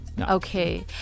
Okay